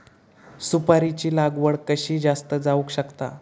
सुपारीची लागवड कशी जास्त जावक शकता?